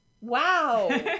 Wow